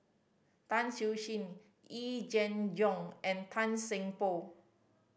Tan Siew Sin Yee Jenn Jong and Tan Seng Poh